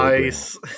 Nice